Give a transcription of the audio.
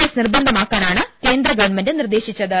S നിർബന്ധമാക്കാനാണ് കേന്ദ്രഗവൺമെന്റ് നിർദേശിച്ചത്